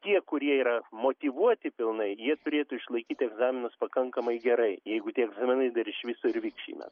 tie kurie yra motyvuoti pilnai jie turėtų išlaikyti egzaminus pakankamai gerai jeigu tie egzaminai dar iš viso ir vyks šįmet